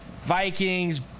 Vikings